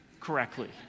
correctly